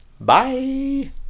Bye